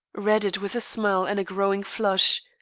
read it with a smile and a growing flush,